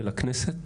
-- של הכנסת,